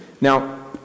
Now